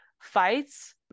fights